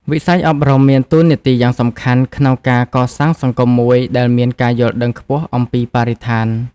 វិស័យអប់រំមានតួនាទីយ៉ាងសំខាន់ក្នុងការកសាងសង្គមមួយដែលមានការយល់ដឹងខ្ពស់អំពីបរិស្ថាន។